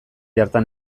hartan